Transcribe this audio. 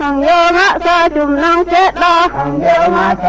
um la la la la la